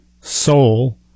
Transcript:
soul